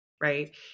right